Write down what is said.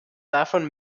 davon